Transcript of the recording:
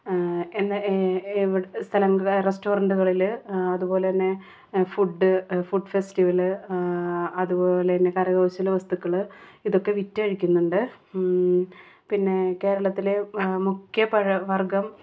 എന്ന സ്ഥലം റെസ്റ്റോറൻ്റുകളിൽ അതുപോലെ തന്നെ ഫുഡ്ഡ് ഫുഡ്ഡ് ഫെസ്റ്റിവല് അതുപോലെ തന്നെ കര കൗശലവസ്തുക്കൾ ഇതൊക്കെ വിറ്റഴിക്കുന്നുണ്ട് പിന്നേ കേരളത്തിൽ മുഖ്യ പഴ വർഗ്ഗം